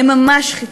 הם ממש שחיתות.